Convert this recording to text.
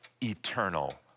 eternal